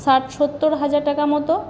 ষাট সত্তর হাজার টাকার মতো